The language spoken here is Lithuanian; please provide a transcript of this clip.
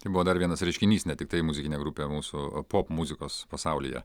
tai buvo dar vienas reiškinys ne tiktai muzikinė grupė mūsų popmuzikos pasaulyje